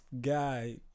guy